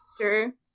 Sure